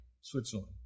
Switzerland